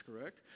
correct